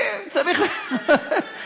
למה כולם צריכים לסבול?